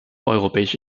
europäische